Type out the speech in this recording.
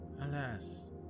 alas